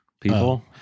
people